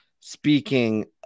Speaking